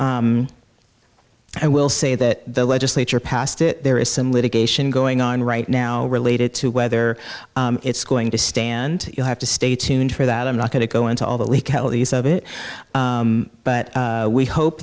we'll say that the legislature passed it there is some litigation going on right now related to whether it's going to stand you'll have to stay tuned for that i'm not going to go into all the legalities of it but we hope